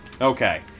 Okay